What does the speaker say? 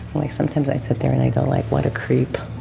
like, sometimes i sit there and i go, like, what a creep.